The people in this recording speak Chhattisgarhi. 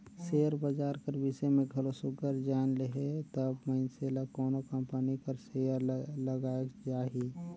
सेयर बजार कर बिसे में घलो सुग्घर जाएन लेहे तब मइनसे ल कोनो कंपनी कर सेयर ल लगाएक चाही